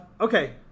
okay